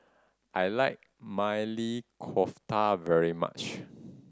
I like Maili Kofta very much